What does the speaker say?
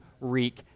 wreak